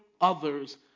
others